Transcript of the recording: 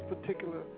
particular